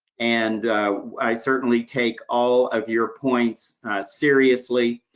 and i certainly take all of your points seriously.